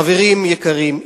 חברים יקרים,